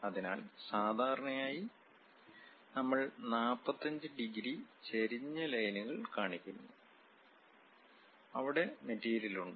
അതിനാൽ സാധാരണയായി നമ്മൾ 45 ഡിഗ്രി ചരിഞ്ഞ ലൈനുകൾ കാണിക്കുന്നു അവിടെ മെറ്റീരിയൽ ഉണ്ട്